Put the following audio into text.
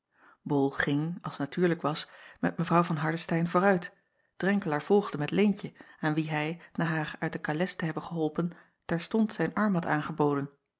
ol ging als natuurlijk was met w van ardestein vooruit renkelaer volgde met eentje aan wie hij na haar uit de kales te hebben geholpen terstond zijn arm had aangeboden